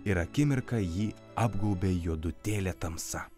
ir akimirką jį apgaubė juodutėlė tamsa